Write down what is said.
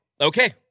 Okay